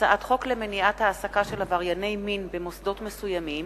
הצעת חוק למניעת העסקה של עברייני מין במוסדות מסוימים